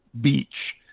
beach